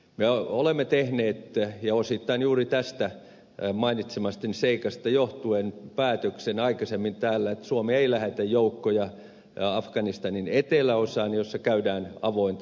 me olemme tehneet ja osittain juuri tästä mainitsemastani seikasta johtuen päätöksen aikaisemmin täällä että suomi ei lähetä joukkoja afganistanin eteläosaan jossa käydään avointa sotaa